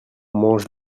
mange